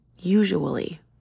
Usually